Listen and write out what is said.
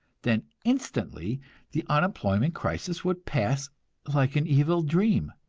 then instantly the unemployment crisis would pass like an evil dream.